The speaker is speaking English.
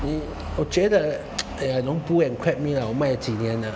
嗯我觉得 !aiya! don't pull and crack me lah 我卖了几年了